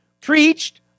preached